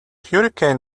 hurricane